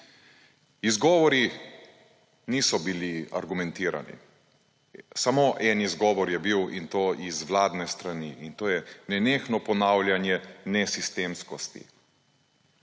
Izgovori niso bili argumentirani. Samo en izgovor je bil, in to z vladne strani, in to je nenehno ponavljanje nesistemskosti.